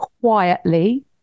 quietly